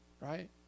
right